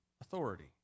authority